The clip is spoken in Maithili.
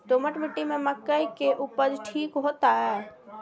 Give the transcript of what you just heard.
दोमट मिट्टी में मक्के उपज ठीक होते?